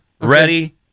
Ready